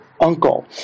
uncle